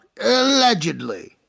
allegedly